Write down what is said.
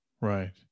Right